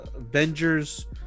Avengers